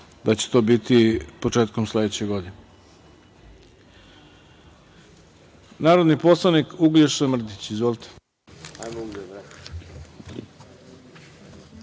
da će to biti početkom sledeće godine. Narodni poslanik Uglješa Mrdić. Izvolite.